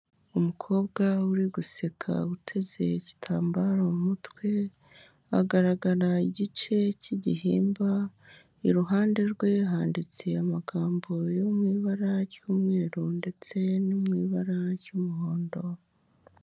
Umukobwa uri guseka uteze igitambaro mu mutwe agaragara igice cy'igihimba, iruhande rwe handitse amagambo yo mu ibara ry'umweru ndetse no mu ibara ry'umuhondo.